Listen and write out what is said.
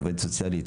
עובדת סוציאלית,